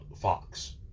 Fox